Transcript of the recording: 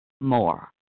more